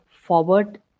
forward